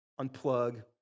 unplug